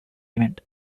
event